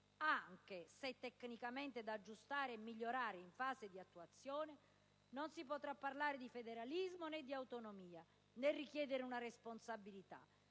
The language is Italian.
anche se tecnicamente da migliorare in fase di attuazione, non si potrà parlare di federalismo, né di autonomia, né si potrà richiedere una responsabilità